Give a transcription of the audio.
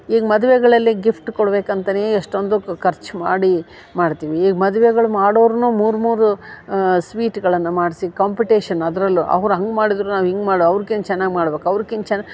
ಈಗ ಮದುವೆಗಳಲ್ಲಿ ಗಿಫ್ಟ್ ಕೊಡ್ಬೇಕಂತನೇ ಎಷ್ಟೊಂದುಕ್ಕು ಖರ್ಚು ಮಾಡಿ ಮಾಡ್ತೀವಿ ಈಗ ಮದ್ವೆಗಳು ಮಾಡೋರ್ನು ಮೂರು ಮೂರು ಸ್ವೀಟ್ಗಳನ್ನ ಮಾಡಿಸಿ ಕಾಂಪಿಟೇಷನ್ ಅದ್ರಲ್ಲೂ ಅವ್ರು ಹಂಗೆ ಮಾಡಿದರೂ ನಾವು ಹಿಂಗೆ ಮಾಡೋ ಅವ್ರ್ಕಿಂತ ಚೆನ್ನಾಗೊ ಮಾಡ್ಬೇಕು ಅವ್ರ್ಕಿಂತ ಚನ್